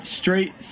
straight